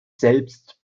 selbst